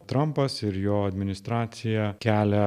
trampas ir jo administracija kelia